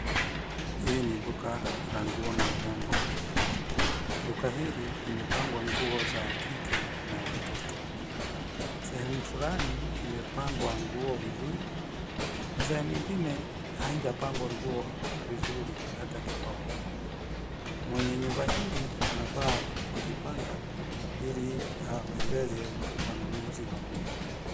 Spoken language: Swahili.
Hii ni duka la nguo na urembo. Duka hili limepangwa nguo za kike na watoto. Sehemu fulani imepangwa nguo vizuri na sehemu nyingine haijapangwa nguo vizuri hata kidogo. Mwenye nyumba hili anafaa kujipanga ili apendeze wanunuzi wa nguo.